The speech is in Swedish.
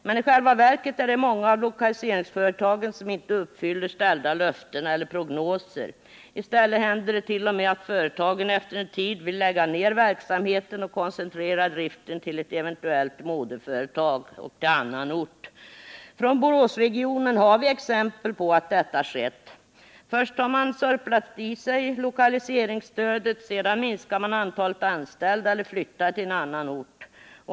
Men i själva verket är det många av lokaliseringsföretagen som inte uppfyller ställda löften eller prognoser. I stället händer det t.o.m. att företagen efter en tid vill lägga ned verksamheten och koncentrera driften till ett eventuellt moderföretag och till annan ort. I Boråsregionen har vi exempel på att detta skett. Först har man sörplat i sig lokaliseringsstödet, sedan har man minskat antalet anställda eller flyttat till annan ort.